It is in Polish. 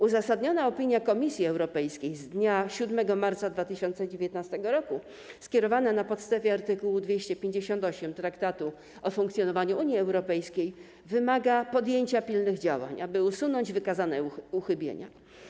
Uzasadniona opinia Komisji Europejskiej z dnia 7 marca 2019 r. skierowana na podstawie art. 258 Traktatu o funkcjonowaniu Unii Europejskiej wymaga podjęcia pilnych działań, aby usunąć wskazane uchybienia.